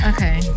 Okay